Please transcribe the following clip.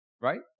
right